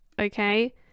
okay